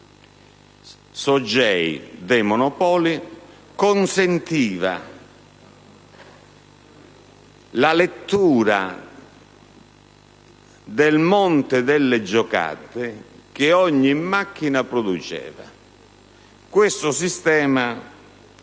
SOGEI dei Monopoli, consentiva la lettura del monte delle giocate che ogni macchina produceva. Questo sistema